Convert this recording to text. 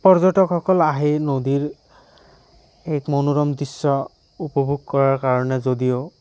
পৰ্যটকসকল আহে নদীৰ এক মনোৰম দৃ্শ্য উপভোগ কৰাৰ কাৰণে যদিও